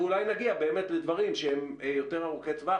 ואולי נגיע לדברים שהם יותר ארוכי טווח